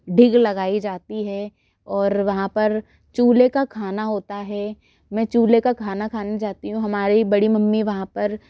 ढिग लगाई जाती है और वहाँ पर चूल्हे का खाना होता है मैं चूल्हे का खाना खाने जाती हूँ हमारी बड़ी मम्मी वहाँ पर